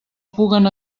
puguen